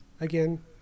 again